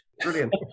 Brilliant